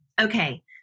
Okay